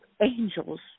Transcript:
angels